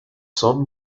son